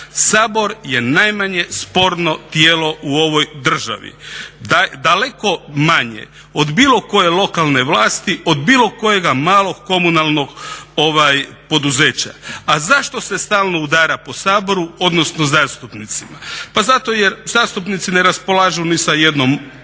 Sabor je najmanje sporno tijelo u ovoj državi. Daleko manje od bilo koje lokalne vlasti, od bilo kojega malog komunalnog poduzeća. A zašto se stalno udara po Saboru odnosno zastupnicima? Pa zato jer zastupnici ne raspolažu ni sa jednom